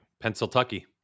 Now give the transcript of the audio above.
Pennsylvania